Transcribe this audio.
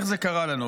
איך זה קרה לנו?